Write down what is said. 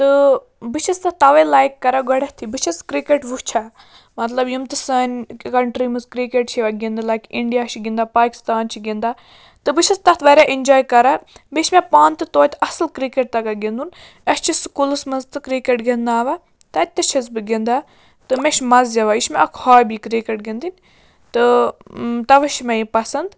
تہٕ بہٕ چھَس تَتھ تَوَے لایک کَران گۄڈنٮ۪تھٕے بہٕ چھَس کرٛکَٮ۪ٹ وٕچھان مطلَب یِم تہِ سانہِ کَنٹرٛی منٛز کرٛکَٮ۪ٹ چھِ یِوان گِنٛدنہٕ لایک اِنڈیا چھِ گِنٛدان پاکِستان چھِ گِنٛدان تہٕ بہٕ چھَس تَتھ واریاہ اِنجاے کَران بیٚیہِ چھِ مےٚ پانہٕ تہِ تویتہِ اَصٕل کِرٛکَٮ۪ٹ تَگان گِنٛدُن اَسہِ چھِ سکوٗلَس منٛز تہٕ کِرٛکٮ۪ٹ گِنٛدناوان تَتہِ تہِ چھَس بہٕ گِنٛدان تہٕ مےٚ چھِ مَزٕ یِوان یہِ چھِ مےٚ اَکھ ہابی کرٛکَٹ گِنٛدٕنۍ تہٕ تَوَے چھِ مےٚ یہِ پَسَنٛد